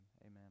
Amen